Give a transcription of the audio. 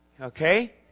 okay